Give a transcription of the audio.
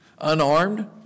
unarmed